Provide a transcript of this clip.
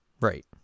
Right